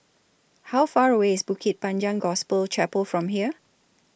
How Far away IS Bukit Panjang Gospel Chapel from here